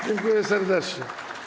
Dziękuję serdecznie.